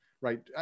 right